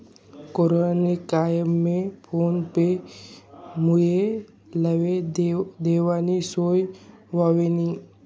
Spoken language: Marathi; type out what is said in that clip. कोरोना ना कायमा फोन पे मुये लेवा देवानी सोय व्हयनी